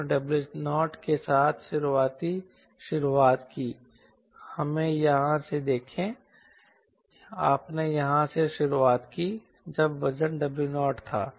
आपने W0 के साथ शुरुआत की हमें यहां से देखें आपने यहां से शुरुआत की जब वजन W0 था